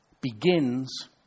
begins